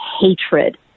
hatred